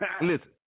Listen